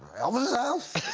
elvis' house?